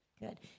Good